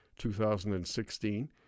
2016